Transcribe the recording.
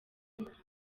umuhanzi